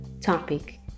topic